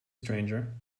stranger